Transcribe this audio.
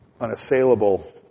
unassailable